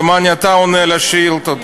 דומני אתה עונה על ההצעה,